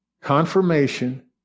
Confirmation